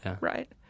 right